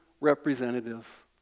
representatives